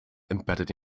embedded